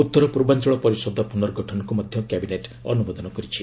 ଉତ୍ତର ପୂର୍ବାଞ୍ଚଳ ପରିଷଦର ପୁନର୍ଗଠନକୁ ମଧ୍ୟ କ୍ୟାବିନେଟ ଅନୁମୋଦନ କରିଛି